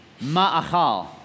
ma'achal